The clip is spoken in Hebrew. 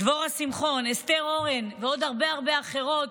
דבורה שמחון, אסתר אורן ועוד הרבה אחרות.